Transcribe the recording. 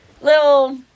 little